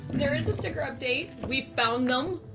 there is a sticker update. we found them.